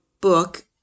book